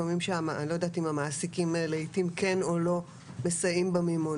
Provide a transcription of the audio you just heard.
ואני לא יודעת אם המעסיקים לעיתים כן או לא מסייעים במימון.